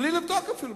בלי לבדוק אפילו,